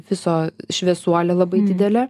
viso šviesuolė labai didelė